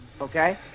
Okay